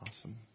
Awesome